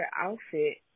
outfit